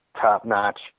top-notch